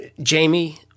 Jamie